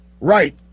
right